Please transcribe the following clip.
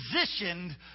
positioned